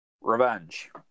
Revenge